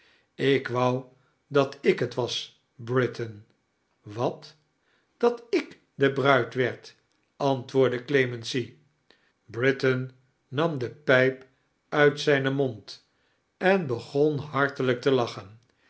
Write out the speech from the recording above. ik won dat ik het was britain watr dat ik de bruid werd antwoordde cliemency britain nam de pijp uit zijne mond en begon hartelijk te lachea